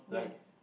yes